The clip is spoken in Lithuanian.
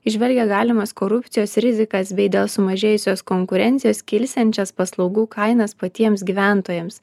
įžvelgia galimas korupcijos rizikas bei dėl sumažėjusios konkurencijos kilsiančias paslaugų kainas patiems gyventojams